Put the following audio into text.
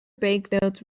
banknotes